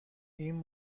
این